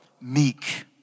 meek